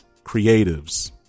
creatives